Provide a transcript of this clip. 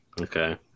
Okay